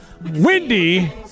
Windy